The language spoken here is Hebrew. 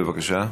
בבקשה,